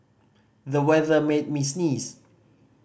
the weather made me sneeze